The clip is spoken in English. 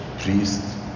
priests